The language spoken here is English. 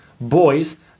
boys